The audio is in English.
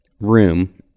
room